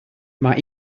mae